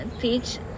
teach